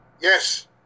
Yes